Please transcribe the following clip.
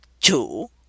two